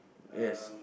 yes